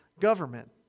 government